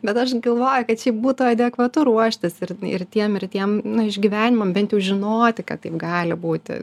bet aš galvoju kad šiaip būtų adekvatu ruoštis ir ir tiem ir tiem išgyvenimam bent jau žinoti kad taip gali būti